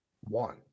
One